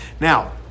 Now